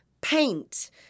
Paint